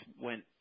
went